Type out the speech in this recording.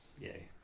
yay